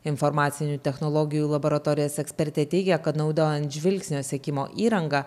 informacinių technologijų laboratorijos ekspertė teigia kad naudojant žvilgsnio sekimo įrangą